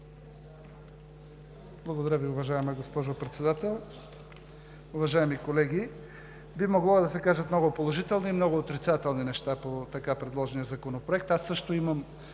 Благодаря Ви, уважаема госпожо Председател. Уважаеми колеги, биха могли да се кажат много положителни и много отрицателни неща по така предложения Законопроект. Аз също имам